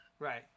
Right